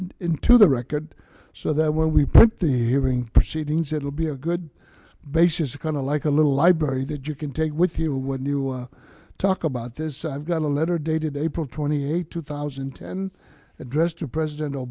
admit into the record so that when we put the hearing proceedings it will be a good basis kind of like a little library that you can take with you when you talk about this i've got a letter dated april twenty eighth two thousand and ten addressed to president o